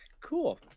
Cool